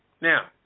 Now